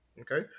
okay